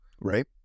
right